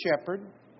shepherd